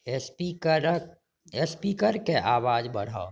स्पीकरक स्पीकरके आवाज बढ़ाउ